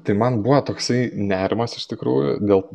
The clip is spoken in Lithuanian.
tai man buvo toksai nerimas iš tikrųjų dėl